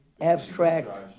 abstract